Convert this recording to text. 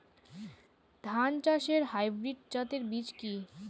ধান চাষের হাইব্রিড জাতের বীজ কি?